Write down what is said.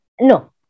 No